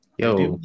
Yo